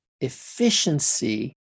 efficiency